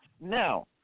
Now